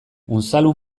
unzalu